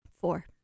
Four